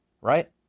Right